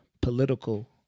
political